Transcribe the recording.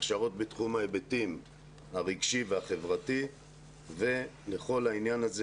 הכשרות בתחום ההיבטים הרגשי והחברתי ולכל העניין הזה